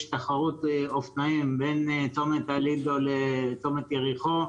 תחרות אופנועים בין צומת הלידו לצומת ירחו,